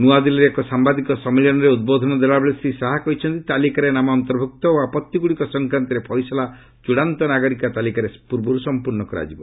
ନୂଆଦିଲ୍ଲୀରେ ଏକ ସାମ୍ବାଦିକ ସମ୍ମିଳନୀରେ ଉଦ୍ବୋଧନ ଦେଲା ବେଳେ ଶ୍ରୀ ଶାହା କହିଛନ୍ତି ତାଲିକାରେ ନାମ ଅନ୍ତର୍ଭୁକ୍ତ ଓ ଆପତ୍ତିଗୁଡ଼ିକ ସଂକ୍ରାନ୍ତରେ ଫଇସଲା ଚୃଡ଼ାନ୍ତ ନାଗରିକ ତାଲିକା ପୂର୍ବରୁ ସମ୍ପର୍ଶ୍ଣ କରାଯିବ